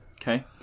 Okay